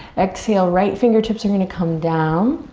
exhale right fingertips are gonna come down.